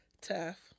Tough